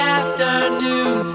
afternoon